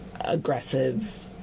Aggressive